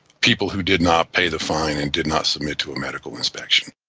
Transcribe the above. people who did not pay the fine and did not submit to a medical inspection.